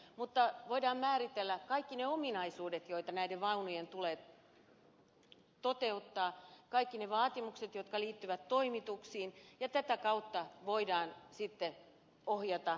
mutta voidaan määritellä kaikki ne ominaisuudet joita näillä vaunuilla tulee olla kaikki ne vaatimukset jotka liittyvät toimituksiin ja tätä kautta voidaan sitten ohjata tilausta